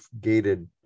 gated